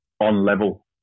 on-level